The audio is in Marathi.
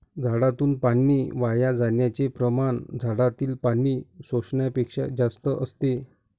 झाडातून पाणी वाया जाण्याचे प्रमाण झाडातील पाणी शोषण्यापेक्षा जास्त असते